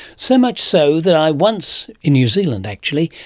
so much so that i once, in new zealand actually,